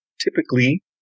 typically